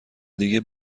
دیگه